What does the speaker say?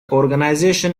organization